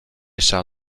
shall